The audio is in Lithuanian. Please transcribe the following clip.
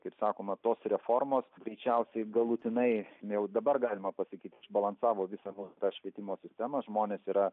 kaip sakoma tos reformos greičiausiai galutinai jau dabar galima pasakyti išbalansavo visą tą švietimo sistemos žmonės yra